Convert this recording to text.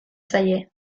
zaie